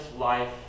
life